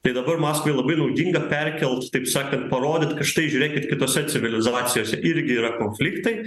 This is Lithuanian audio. tai dabar maskvai labai naudinga perkelt taip sakant parodyt štai žiūrėkit kitose civilizacijose irgi yra konfliktai